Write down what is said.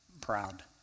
proud